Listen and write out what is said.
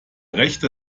rechte